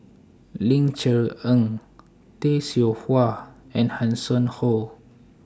Ling Cher Eng Tay Seow Huah and Hanson Ho